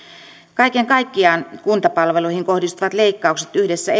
kaiken kaikkiaan kuntapalveluihin kohdistuvat leikkaukset yhdessä